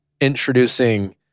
introducing